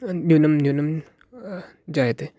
न्यूनं न्यूनं जायते